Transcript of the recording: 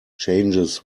changes